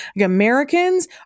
Americans